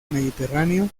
mediterráneo